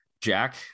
Jack